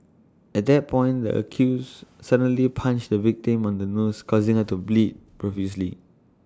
at that point the accused suddenly punched the victim on the nose causing her to bleed profusely